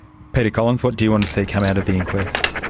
peter collins, what do you want to see come out of the inquest?